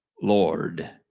Lord